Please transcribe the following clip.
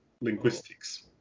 linguistics